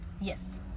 Yes